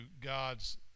God's